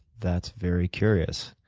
that's very curious.